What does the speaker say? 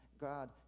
God